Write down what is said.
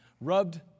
rubbed